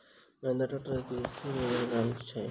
Mahindra tractor केँ कृषि मे की योगदान छै?